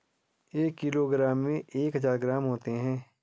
एक किलोग्राम में एक हजार ग्राम होते हैं